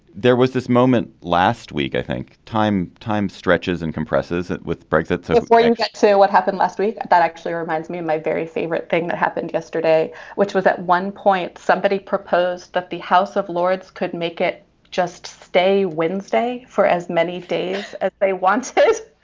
there was this moment last week i think time time stretches and compresses it with breaks it so for you to get to what happened last week that that actually reminds me of my very favorite thing that happened yesterday which was at one point somebody proposed that the house of lords couldn't make it just stay wednesday for as many days as they want